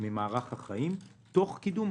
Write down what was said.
ממערך החיים תוך קידום.